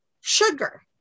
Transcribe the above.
sugar